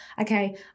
okay